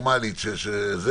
אני,